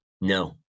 No